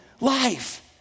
life